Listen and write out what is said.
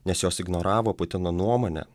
nes jos ignoravo putino nuomonę